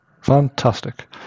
Fantastic